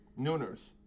nooners